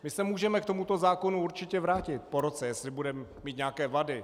My se můžeme k tomuto zákonu určitě vrátit po roce, jestli bude mít nějaké vady.